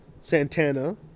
Santana